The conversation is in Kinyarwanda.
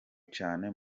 cane